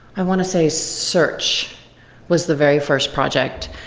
i want to say search was the very first project.